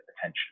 attention